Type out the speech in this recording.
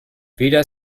weder